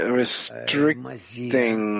restricting